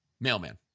Mailman